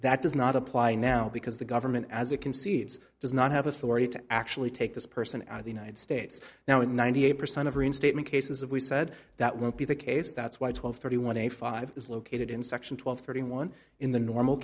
that does not apply now because the government as it conceives does not have authority to actually take this person out of the united states now in ninety eight percent of reinstatement cases of we said that won't be the case that's why twelve thirty one a five is located in section twelve thirty one in the normal